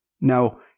Now